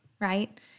right